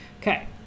okay